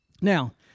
Now